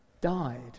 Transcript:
died